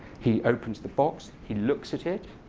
he opens the box. he looks at it,